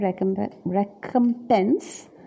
recompense